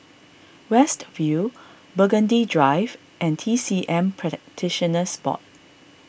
West View Burgundy Drive and T C M Practitioners Board